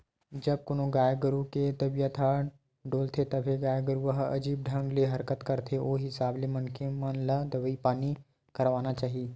जब कोनो गाय गरु के तबीयत ह डोलथे तभे गाय गरुवा ह अजीब ढंग ले हरकत करथे ओ हिसाब ले मनखे मन ल दवई पानी करवाना चाही